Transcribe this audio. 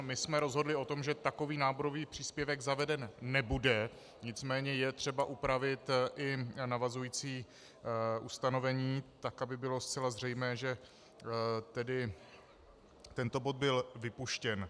My jsme se rozhodli, že takový náborový příspěvek zaveden nebude, nicméně je třeba upravit i navazující ustanovení tak, aby bylo zcela zřejmé, že tento bod byl vypuštěn.